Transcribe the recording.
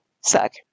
suck